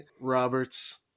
Roberts